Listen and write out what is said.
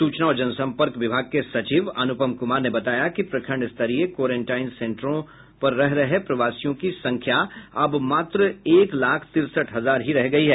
सूचना और जनसंपर्क विभाग के सचिव अनुपम कुमार ने बताया कि प्रखंड स्तरीय क्वारेंटाइन सेंटरों रह रहे प्रवासियों की संख्या अब मात्र एक लाख तिरसठ हजार रह गयी है